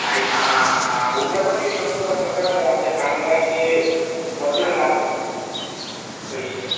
ऐका हां हां उद्या पण येऊ शकतो पण कसं आहे माहिती आहे का आमच्या कामगारांचे मजुरी लागेल मग पैसे